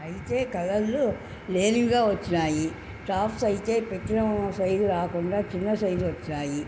అయితే కలర్లు లేనివిగా వచ్చినాయి టాప్స్ అయితే పెట్టిన సైజు కాకుండా చిన్న సైజు వచ్చాయి